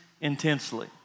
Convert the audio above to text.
intensely